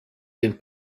den